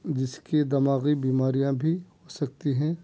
جس کے دماغی بیماریاں بھی ہو سکتی ہیں